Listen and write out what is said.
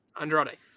Andrade